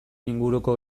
inguruko